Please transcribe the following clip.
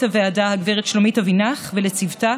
הוועדה הגב' שלומית אבינח ולצוותה,